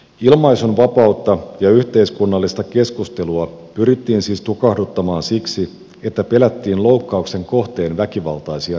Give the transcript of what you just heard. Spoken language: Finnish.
ilmaisunvapautta ja yhteiskunnallista keskustelua pyrittiin siis tukahduttamaan siksi että pelättiin loukkauksen kohteen väkivaltaisia reaktioita